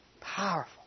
Powerful